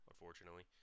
unfortunately